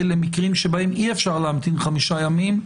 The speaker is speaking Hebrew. למקרים שבהם אי אפשר להמתין חמישה ימים,